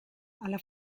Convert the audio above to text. alla